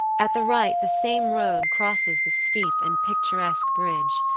at the right the same road crosses the steep and picturesque bridge,